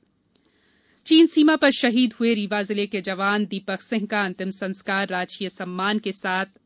शहीद चीन सीमा पर शहीद हुए रीवा जिले के जवान दीपक सिंह का अंतिम सस्कार राजकीय सम्मान के साथ